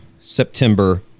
September